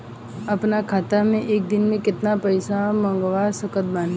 अपना खाता मे एक दिन मे केतना पईसा मँगवा सकत बानी?